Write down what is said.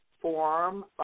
form